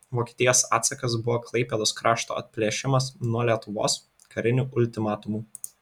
vokietijos atsakas buvo klaipėdos krašto atplėšimas nuo lietuvos kariniu ultimatumu